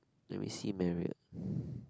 let me see Marriot